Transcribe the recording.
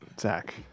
Zach